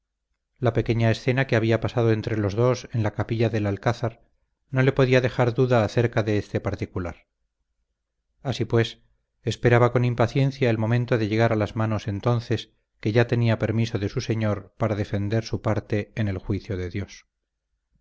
la pequeña escena que había pasado entre los dos en la capilla del alcázar no le podía dejar duda acerca de este particular así pues esperaba con impaciencia el momento de llegar a las manos entonces que ya tenía permiso de su señor para defender su parte en el juicio de dios